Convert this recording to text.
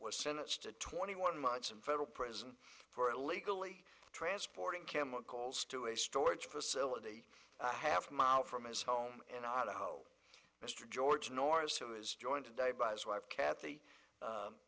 was sentenced to twenty one months in federal prison for illegally transporting chemicals to a storage facility a half mile from his home in idaho mr george norris who is joined today by his wife kathy